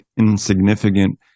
insignificant